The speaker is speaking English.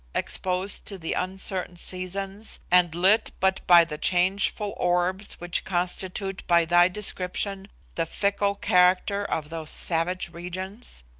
exposed to the uncertain seasons, and lit but by the changeful orbs which constitute by thy description the fickle character of those savage regions?